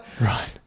right